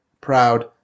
proud